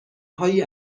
هایی